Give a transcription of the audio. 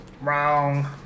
Wrong